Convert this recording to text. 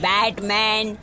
Batman